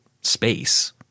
space